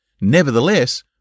nevertheless